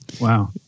wow